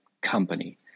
company